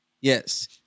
Yes